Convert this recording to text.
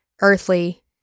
earthly